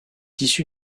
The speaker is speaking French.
issu